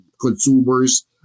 consumers